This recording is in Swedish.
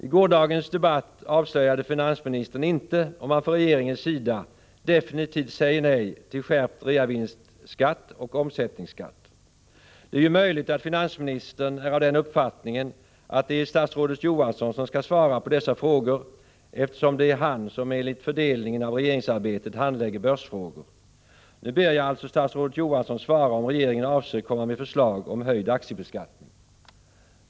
I gårdagens debatt avslöjade finansministern inte om man från regeringens sida definitivt säger nej till skärpt reavinstskatt och omsättningsskatt. Det är ju möjligt att finansministern är av den uppfattningen att det är statsrådet Johansson som skall svara på dessa frågor, eftersom det är han som enligt fördelningen av regeringsarbetet handlägger börsfrågor. Nu ber jag alltså statsrådet Johansson svara på om regeringen avser komma med förslag om höjd aktiebeskattning.